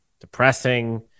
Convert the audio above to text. depressing